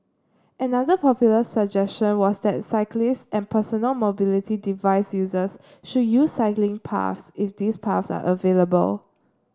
another popular suggestion was that cyclists and personal mobility device users should use cycling paths if these paths are available